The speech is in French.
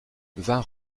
vingt